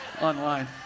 online